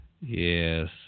Yes